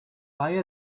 buy